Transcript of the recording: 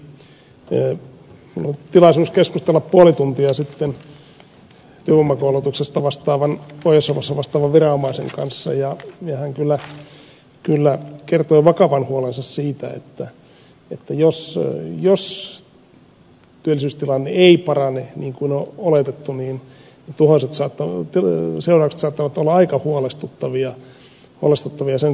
minulla oli tilaisuus keskustella puoli tuntia sitten työvoimakoulutuksesta pohjois savossa vastaavan viranomaisen kanssa ja hän kyllä kertoi vakavan huolensa siitä että jos työllisyystilanne ei parane niin kuin on oletettu niin seuraukset saattavat olla aika huolestuttavia